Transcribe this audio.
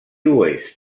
oest